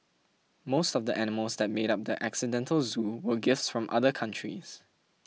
most of the animals that made up the accidental zoo were gifts from other countries